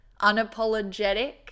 unapologetic